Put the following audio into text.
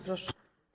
Proszę.